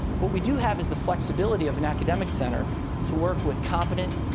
but we do have is the flexibility of an academic center to work with competent,